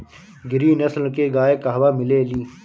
गिरी नस्ल के गाय कहवा मिले लि?